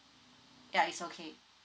ya it's okay